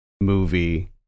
movie